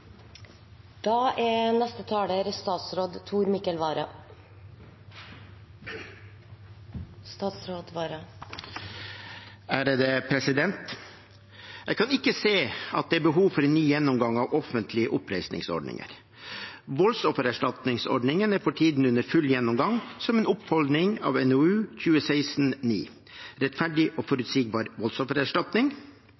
Jeg kan ikke se at det er behov for en ny gjennomgang av offentlige oppreisningsordninger. Voldsoffererstatningsordningen er for tiden under full gjennomgang som en oppfølging av NOU 2016: 9 Rettferdig og